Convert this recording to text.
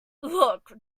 look